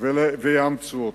ויאמצו אותו.